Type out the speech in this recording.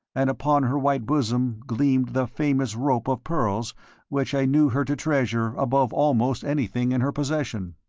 and upon her white bosom gleamed the famous rope of pearls which i knew her to treasure above almost anything in her possession.